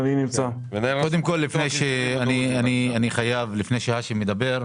מנהל הרשות לפיתוח כלכלי-חברתי של החברה